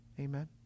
Amen